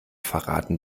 verraten